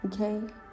okay